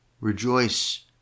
Rejoice